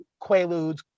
Quaaludes